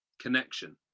connection